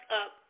up